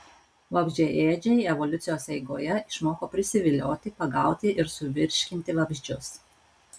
vabzdžiaėdžiai evoliucijos eigoje išmoko prisivilioti pagauti ir suvirškinti vabzdžius